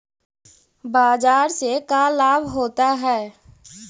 बाजार से का लाभ होता है?